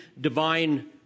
divine